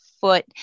foot